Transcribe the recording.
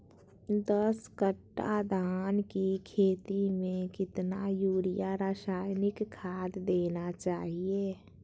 दस कट्टा धान की खेती में कितना यूरिया रासायनिक खाद देना चाहिए?